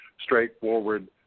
straightforward